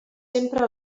sempre